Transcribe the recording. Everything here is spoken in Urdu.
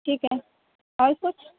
ٹھیک ہے اور کچھ